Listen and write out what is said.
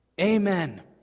Amen